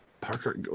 Parker